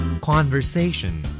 Conversation